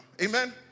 amen